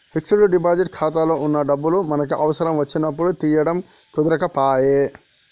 fixed deposit ఖాతాలో వున్న డబ్బులు మనకి అవసరం వచ్చినప్పుడు తీయడం కుదరకపాయె